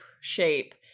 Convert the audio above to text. shape